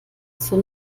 zur